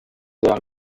vers